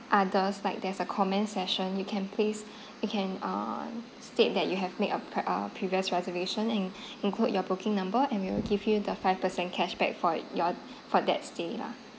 others like there's a comment session you can place you can uh state that you have made a pre~ uh previous reservation and include your booking number and we will give you the five percent cashback for your for that stay lah